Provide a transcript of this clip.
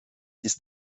ist